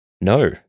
no